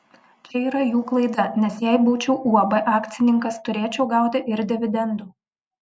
čia yra jų klaida nes jei būčiau uab akcininkas turėčiau gauti ir dividendų